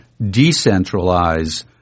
decentralize